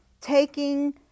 taking